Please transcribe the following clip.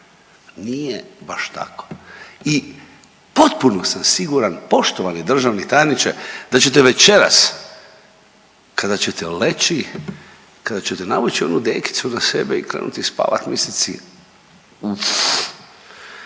Nije baš tako. I potpuno sam siguran poštovani državni tajniče da ćete večeras kada ćete leći, kada ćete navući onu dekicu na sebe i krenuti spavat mislit